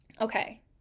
okay